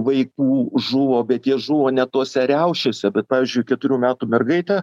vaikų žuvo bet jie žuvo ne tose riaušėse bet pavyzdžiui keturių metų mergaitė